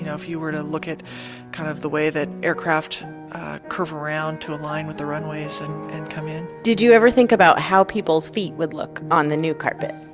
you know if you were to look at kind of the way that aircraft curve around to align with the runways and and come in did you ever think about how people's feet would look on the new carpet?